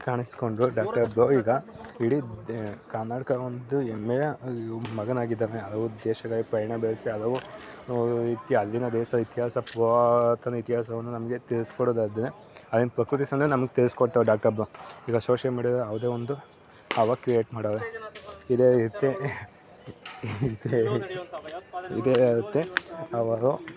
ಕಾಣಿಸ್ಕೊಂಡ್ರು doctor bro ಈಗ ಇಡಿ ಕರ್ನಾಟಕಕ್ಕೊಂದು ಹೆಮ್ಮೆಯ ಮಗನಾಗಿದ್ದಾನೆ ಹಲವು ದೇಶಗಳಿಗೆ ಪಯಣ ಬೆಳೆಸಿ ಹಲವು ರೀತಿಯ ಅಲ್ಲಿನ ದೇಶ ಇತಿಹಾಸ ಪುರಾತನ ಇತಿಹಾಸವನ್ನು ನಮಗೆ ತಿಳಿಸ್ಕೊಡೋದಾದ್ರೆ ಅಲ್ಲಿನ ಪ್ರಕೃತಿಸಂದ್ರೇ ನಮಗೆ ತಿಳ್ಸ್ಕೊಡ್ತಾರೆ ಡಾಕ್ಟರ್ ಬ್ರೋ ಈಗ ಸೋಶಿಯಲ್ ಮೀಡಿಯಾದ ಯಾವುದೋ ಒಂದು ಹವಾ ಕ್ರಿಯೇಟ್ ಮಾಡೋವ್ರು ಇದೇ ರೀತಿ ಇದೇ ಇದೇ ಆಗುತ್ತೆ ಅವರು